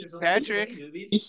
Patrick